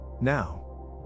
Now